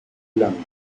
lanka